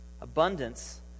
abundance